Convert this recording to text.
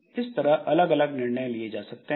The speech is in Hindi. इस तरह अलग अलग निर्णय लिए जा सकते हैं